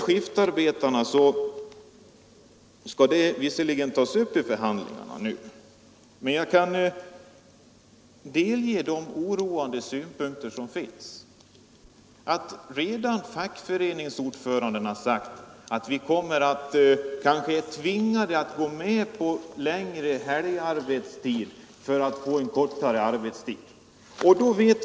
Skiftarbetarnas sak skall visserligen tas upp till behandling nu, men jag vill erinra om de oroande synpunkter som finns. T. o. m. fackföreningsordföranden har sagt att man kanske kommer att tvingas gå med på längre helgarbetstid för att få en kortare arbetstid.